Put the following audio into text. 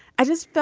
i just.